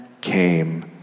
came